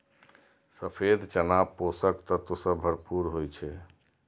सफेद चना पोषक तत्व सं भरपूर होइ छै